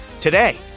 today